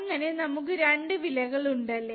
അങ്ങനെ നമുക്ക് രണ്ട് വിലകൾ ഉണ്ടല്ലേ